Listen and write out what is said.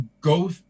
go